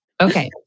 Okay